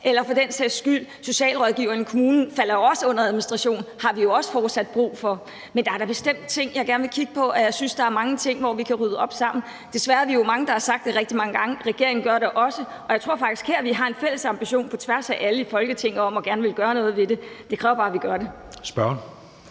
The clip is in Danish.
For den sags skyld falder socialrådgiveren i kommunen også ind under administration, og dem har vi jo også fortsat brug for. Men der er da bestemt ting, jeg gerne vil kigge på, og jeg synes, der er mange ting, som vi kan rydde op i sammen. Desværre er vi jo mange, der har sagt det rigtig mange gange. Regeringen gør det også, og jeg tror faktisk, at vi her har en fælles ambition på tværs af alle i Folketinget om gerne at ville gøre noget ved det. Det kræver bare, at vi gør det.